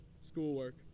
schoolwork